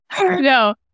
No